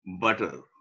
butter